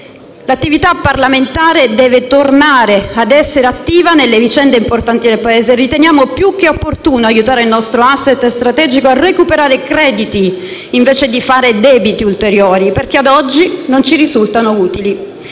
L'attività parlamentare deve tornare ad essere attiva nelle vicende importanti del Paese. Riteniamo più che opportuno aiutare il nostro *asset* strategico a recuperare crediti, invece di fare debiti ulteriori, perché ad oggi non ci risultano utili.